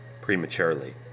prematurely